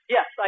Yes